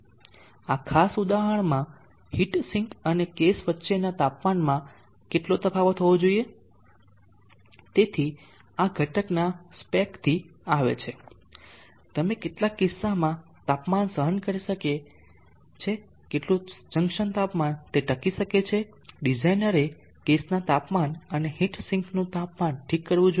આ ખાસ ઉદાહરણમાં હીટ સિંક અને કેસ વચ્ચેના તાપમાનમાં કેટલો તફાવત હોવો જોઈએ તેથી આ ઘટકના સ્પેક થી આવે છે તે કેટલા કિસ્સામાં તાપમાન સહન કરી શકે છે કેટલું જંકશન તાપમાન તે ટકી શકે છે ડિઝાઇનરે કેસના તાપમાન અને હીટ સિંકનું તાપમાન ઠીક કરવું જોઈએ